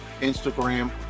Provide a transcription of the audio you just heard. Instagram